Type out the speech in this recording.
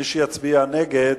מי שיצביע נגד,